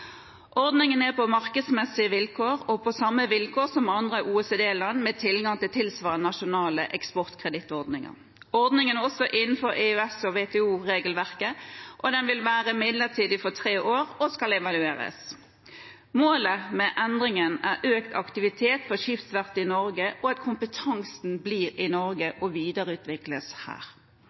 Ordningen er på markedsmessige vilkår og på samme vilkår med andre OECD-land med tilgang til tilsvarende nasjonale eksportkredittordninger. Ordningen er også innenfor EØS- og WTO-regelverket. Den vil være midlertidig for tre år og skal evalueres. Målet med endringen er økt aktivitet for skipsverft i Norge og at kompetansen blir i Norge og videreutvikles her.